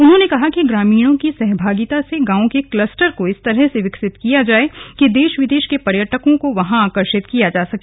उन्होंने कहा कि ग्रामीणों की सहभागिता से गांव के क्लस्टर को इस तरह से विकसित किया जाय कि देश विदेश के पर्यटकों को वहां आकर्षित किया जा सके